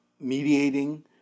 mediating